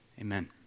Amen